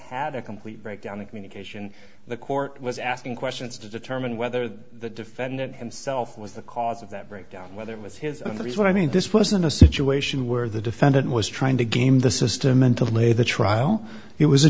had a complete breakdown in communication the court was asking questions to determine whether the defendant himself was the cause of that breakdown whether it was his and that is what i mean this wasn't a situation where the defendant was trying to game the system and to lay the trial he was a